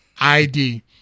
id